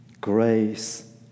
Grace